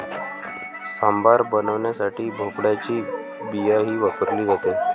सांबार बनवण्यासाठी भोपळ्याची बियाही वापरली जाते